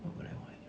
what would I want